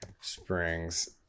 Springs